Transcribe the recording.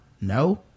no